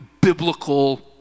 biblical